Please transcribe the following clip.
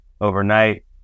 overnight